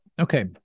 Okay